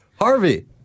Harvey